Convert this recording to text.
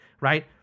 right